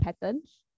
patterns